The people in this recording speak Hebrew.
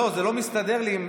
זה לא מסתדר לי.